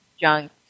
junk